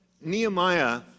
Nehemiah